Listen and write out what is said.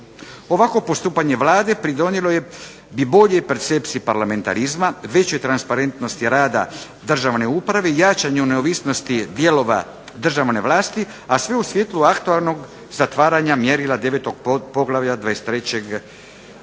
Ovakvo postupanje Vlade pridonijelo je i boljoj percepciji parlamentarizma, većoj transparentnosti rada državne uprave, jačanju neovisnosti dijelova državne vlasti, a sve u svjetlu aktualnog zatvaranja mjerila Poglavlja 23.